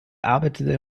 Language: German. arbeitete